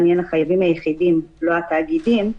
מעניין החייבים היחידים ולא התאגידים,